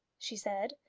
she said,